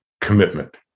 Commitment